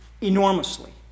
enormously